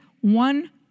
one